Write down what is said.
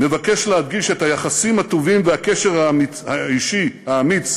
מבקש להדגיש את היחסים הטובים והקשר האישי האמיץ